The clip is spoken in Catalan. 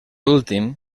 últim